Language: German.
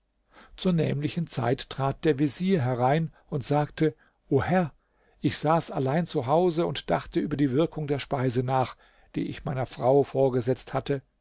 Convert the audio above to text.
zur nämlichen zeit trat der vezier herein und sagte o herr ich saß allein zu hause und dachte über die wirkung der speise nach die ich meiner frau vorgesetzt hatte